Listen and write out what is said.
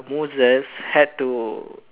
Moses had to